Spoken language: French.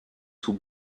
sous